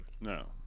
No